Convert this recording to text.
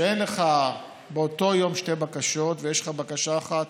שאין לך באותו יום שתי בקשות ויש לך בקשה אחת